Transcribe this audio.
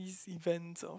this event of